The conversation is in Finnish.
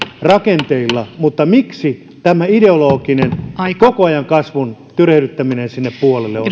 rakenteilla mutta miksi tämä ideologinen koko ajan kasvun tyrehdyttäminen sinne puolelle on